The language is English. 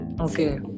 Okay